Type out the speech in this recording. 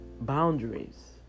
boundaries